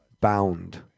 bound